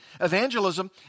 evangelism